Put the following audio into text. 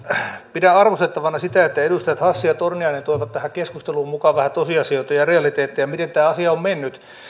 pidän arvostettavana sitä että edustajat hassi ja torniainen toivat tähän keskusteluun mukaan vähän tosiasioita ja realiteetteja miten tämä asia on mennyt